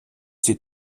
свій